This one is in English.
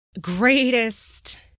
greatest